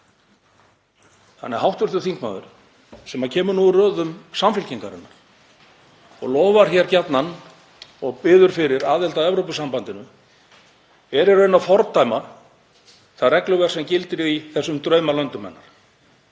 Þannig að hv. þingmaður, sem kemur nú úr röðum Samfylkingarinnar og lofar hér gjarnan og biður fyrir aðild að Evrópusambandinu, er í rauninni að fordæma það regluverk sem gildir í þessum draumalöndum hennar.